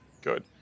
Good